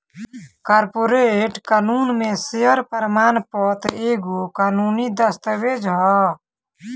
corporate कानून में share प्रमाण पत्र एगो कानूनी दस्तावेज हअ